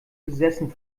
besessen